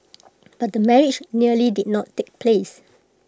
but the marriage nearly did not take place